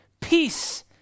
peace